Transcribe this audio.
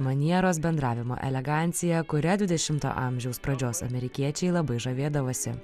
manieros bendravimo elegancija kuria dvidešimto amžiaus pradžios amerikiečiai labai žavėdavosi